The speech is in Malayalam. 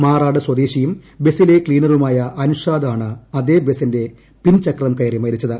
മാറാട് സ്വദേശിയും ബസിലെ ക്സീനറുമായ അൻഷാദ് ആണ് അതേ ബസിന്റെ പിൻചക്രം കയറി മരിച്ചത്